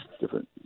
different